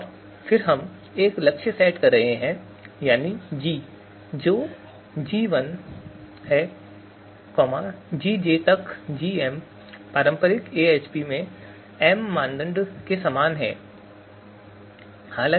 और फिर हम एक लक्ष्य सेट ले रहे हैं यानी G जो कि g1 है gj तक gm पारंपरिक AHP में m मानदंड के समान है